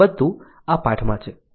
તો આ બધું આ પાઠમાં છે